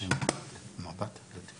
כשהמחוז הדומיננטי